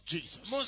Jesus